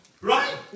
Right